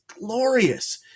glorious